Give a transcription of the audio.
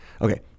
Okay